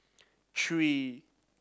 three